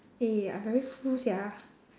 eh I very full sia